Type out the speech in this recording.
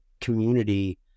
community